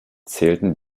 zählten